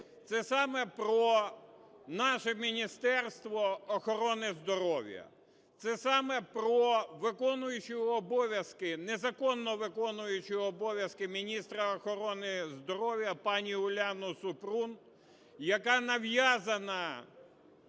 Це саме про наше Міністерство охорони здоров'я, це саме про виконуючого обов'язки, незаконно виконуючого обов'язки міністра охорони здоров'я пані Уляни Супрун, яка нав'язана